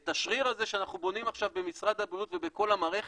את השריר הזה שאנחנו בונים עכשיו במשרד הבריאות ובכל המערכת,